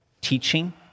teaching